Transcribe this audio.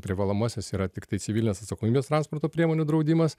privalomasis yra tiktai civilinės atsakomybės transporto priemonių draudimas